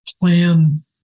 plan